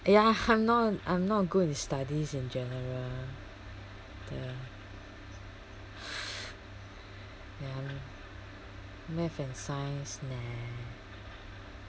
ya I'm not I'm not good in studies in general the then math and science nah